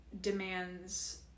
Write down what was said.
demands